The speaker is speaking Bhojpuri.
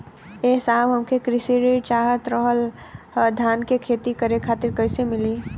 ए साहब हमके कृषि ऋण चाहत रहल ह धान क खेती करे खातिर कईसे मीली?